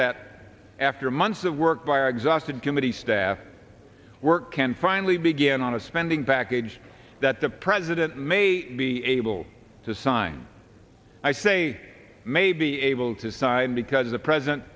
that after months of work by our exhausted committee staff work can finally begin on a spending package that the president may be able to sign i say may be able to sign because the president